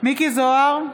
מכלוף מיקי זוהר,